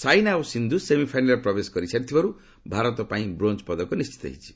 ସାଇନା ଓ ସିନ୍ଧୁ ସେମିଫାଇନାଲ୍ରେ ପ୍ରବେଶ କରିଥିବାରୁ ଭାରତ ପାଇଁ ବ୍ରୋଞ୍ଜ ପଦକ ନିଶ୍ଚିତ ହୋଇସାରିଛି